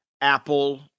apple